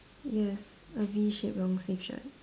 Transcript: yes a V shape long sleeve shirt